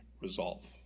resolve